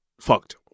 fucked